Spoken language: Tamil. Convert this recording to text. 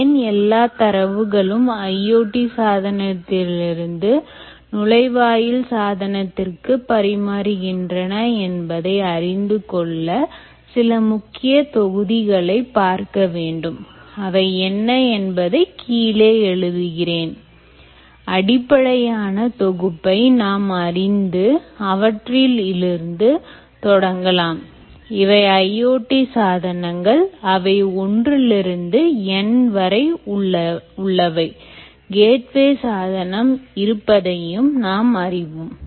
ஏன் எல்லாதரவுகளும் IoT சாதனத்திலிருந்து நுழைவாயில் சாதனத்திற்கு பரிமாறுகின்றன என்பதை அறிந்து கொள்ள சில முக்கிய தொகுதிகளை பார்க்க வேண்டும் அவை என்ன என்பதை கீழே எழுதுகிறேன் அடிப்படையான தொகுப்பை நாம் அறிந்து அவற்றில் இருந்து தொடங்கலாம் இவை IoT சாதனங்கள் அவை 1 இருந்து N வரை உள்ளவை கேட்வே சாதனம் இருப்பதையும் நாம் அறிவோம்